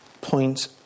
point